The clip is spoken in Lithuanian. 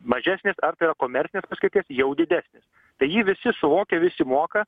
mažesnės ar tai yra komercinės paskirties jau didesnės tai jį visi suvokia visi moka